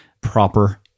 proper